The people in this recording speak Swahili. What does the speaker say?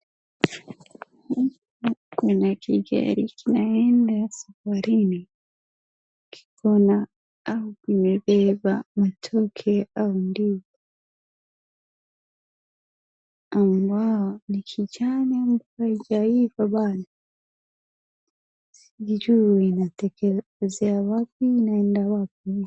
Kuna kigari kinaenda safarini. Kiko na au kimebeba matoke au ndizi ambazo ni kijani, haijaiva bado. Sijui inatokelezea wapi na inaenda wapi.